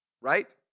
right